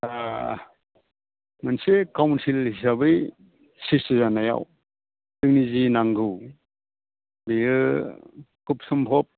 मोनसे काउनसिल हिसाबै स्रिसथि जानायाव जोंनि जि नांगौ बेयो खुब समभब